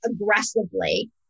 aggressively